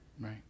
Right